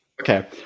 Okay